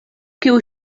kiu